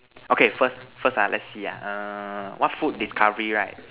okay first first ah let's see ah err what food discovery right